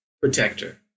protector